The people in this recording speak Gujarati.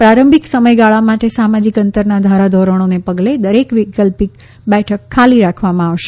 પ્રારંભિક સમયગાળા માટે સામાજિક અંતરના ધારાધોરણોને પગલે દરેક વૈકલ્પિક બેઠક ખાલી રાખવામાં આવશે